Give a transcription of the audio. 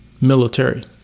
military